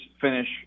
finish